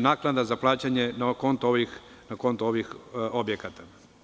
naknada za plaćanje na konto ovih objekata.